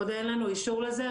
מיכל: עוד אין לנו אישור לזה,